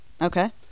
Okay